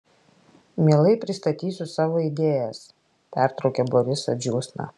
mielai pristatysiu savo idėjas pertraukė borisą džiūsna